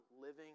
living